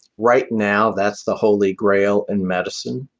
right now that's the holy grail in medicine.